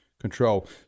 control